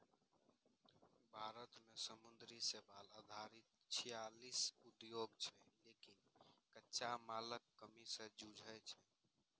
भारत मे समुद्री शैवाल आधारित छियालीस उद्योग छै, लेकिन कच्चा मालक कमी सं जूझै छै